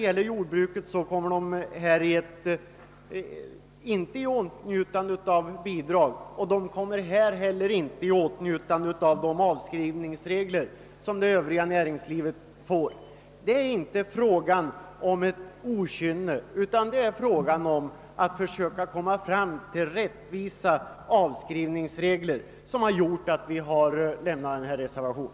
Men jordbruket kommer inte i åtnjutande av bidrag och inte heller av de avskrivningsregler som får tillämpas inom det övriga näringslivet. Det är inte okynne utan en önskan att skapa rättvisa avskrivningsregler som har gjort att vi avlämnat denna reservation.